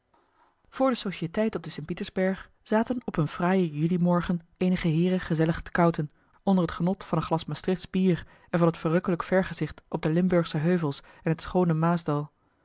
voor de societeit op den st pietersberg zaten op een fraaien julimorgen eenige heeren gezellig te kouten onder het genot van een glas maastrichtsch bier en van het verrukkelijk vergezicht op de limburgsche heuvels en het schoone maasdal